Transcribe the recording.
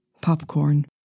popcorn